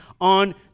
on